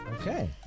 Okay